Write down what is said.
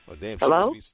Hello